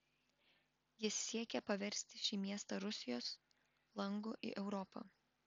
jis siekė paversti šį miestą rusijos langu į europą